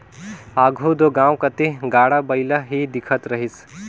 आघु दो गाँव कती गाड़ा बइला ही दिखत रहिस